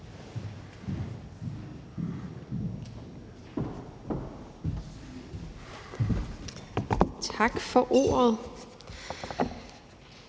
tak for det.